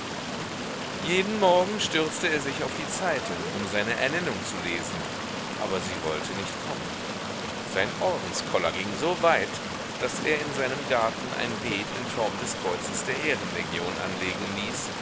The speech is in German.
jeden morgen stürzte er sich auf die zeitung um seine ernennung zu lesen aber sie wollte nicht kommen sein ordenskoller ging so weit daß er in seinem garten ein beet in form des kreuzes der ehrenlegion anlegen ließ